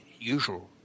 usual